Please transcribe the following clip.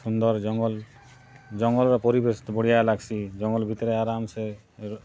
ସୁନ୍ଦର୍ ଜଙ୍ଗଲ୍ ଜଙ୍ଗଲ୍ ର ପରିବେଶ୍ ତ ବଢ଼ିଆ ଲାଗ୍ସି ଜଙ୍ଗଲ୍ ଭିତ୍ରେ ଆରମ୍ ସେ